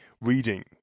reading